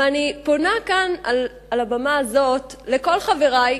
אני פונה כאן על במה זו לכל חברי,